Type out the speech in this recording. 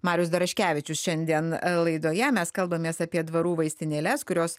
marius daraškevičius šiandien laidoje mes kalbamės apie dvarų vaistinėles kurios